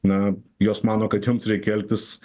na jos mano kad joms reikia elgtis